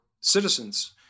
citizens